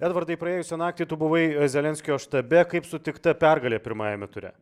edvardai praėjusią naktį tu buvai zelenskio štabe kaip sutikta pergalė pirmajame ture